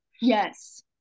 yes